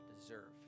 deserve